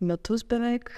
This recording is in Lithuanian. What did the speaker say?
metus beveik